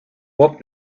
what